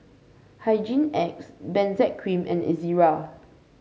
Hygin X Benzac Cream and Ezerra